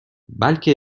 بلکه